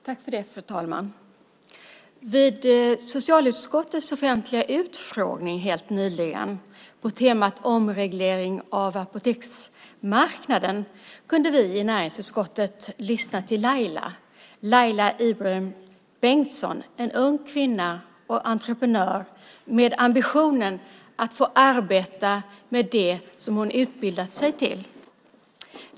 Fru talman! Vid socialutskottets offentliga utfrågning helt nyligen på temat omreglering av apoteksmarknaden kunde vi i näringsutskottet lyssna till Laila Ibrahim Bengtsson, en ung kvinna och entreprenör med ambitionen att få arbeta med det som hon har utbildat sig till.